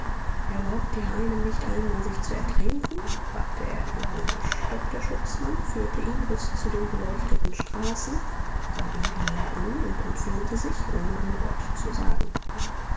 erlaubt ihr einem nicht einmal sich zu ertränken fragte er ironisch doch der schutzmann führte ihn bis zu den beleuchteten straßen sah ihn genau an und entfernte sich ohne ein wort zu sagen